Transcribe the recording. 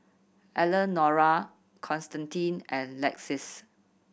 Elenora Constantine and Lexis